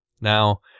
Now